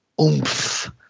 oomph